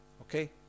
Okay